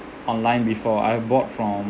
online before I bought from